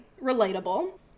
Relatable